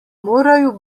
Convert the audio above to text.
morajo